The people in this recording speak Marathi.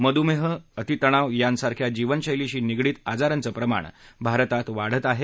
मध्रमेह अतितणाव यांसारख्या जीवनशैलीशी निगडित आजारांचं प्रमाण भारतात वाढत आहे